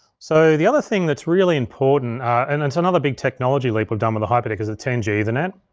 so the other thing that's really important and it's another big technology leap we've done with the hyperdeck, is the ten g ethernet.